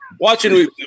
watching